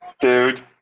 Dude